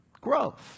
Growth